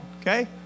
okay